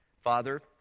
Father